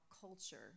culture